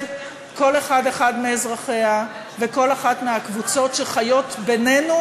כל אחד ואחת ומאזרחיה וכל אחת מהקבוצות שחיות בינינו,